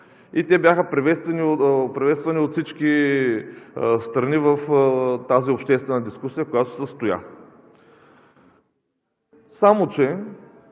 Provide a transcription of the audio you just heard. И те бяха приветствани от всички страни в обществената дискусия, която се състоя. Само че